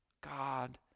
God